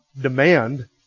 demand